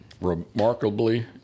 remarkably